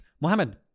Mohammed